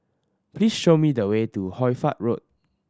please show me the way to Hoy Fatt Road